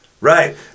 Right